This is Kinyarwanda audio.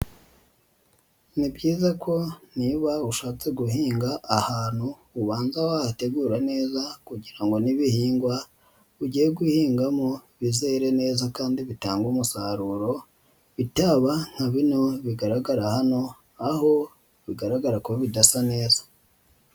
Ni byiza ko niba ushatse guhinga ahantu ubanza wa hategura neza kugira ngo n'ibihingwa ugiye guhingamo bizere neza kandi bitange umusaruro, bitaba nka bino bigaragara hano aho bigaragara ko bidasa neza.